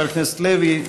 חבר הכנסת לוי,